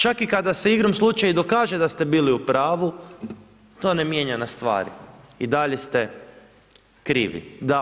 Čak i kada se igrom slučaja i dokaže da ste bili u pravu, to ne mijenja na stvari, i dalje ste krivi.